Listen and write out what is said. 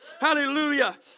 Hallelujah